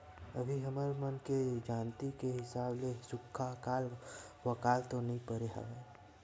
अभी हमर मन के जानती के हिसाब ले सुक्खा अकाल वकाल तो नइ परे हवय